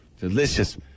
Delicious